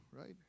right